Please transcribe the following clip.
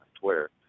Twitter